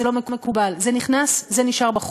זה לא מקובל,